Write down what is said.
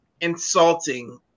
insulting